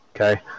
Okay